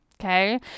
Okay